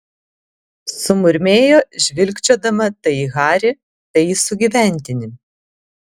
sumurmėjo žvilgčiodama tai į harį tai į sugyventinį